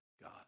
God